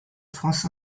france